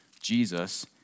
Jesus